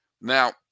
now